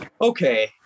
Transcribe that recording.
okay